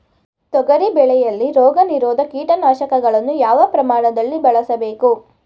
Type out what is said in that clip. ತೊಗರಿ ಬೆಳೆಯಲ್ಲಿ ರೋಗನಿರೋಧ ಕೀಟನಾಶಕಗಳನ್ನು ಯಾವ ಪ್ರಮಾಣದಲ್ಲಿ ಬಳಸಬೇಕು?